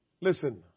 Listen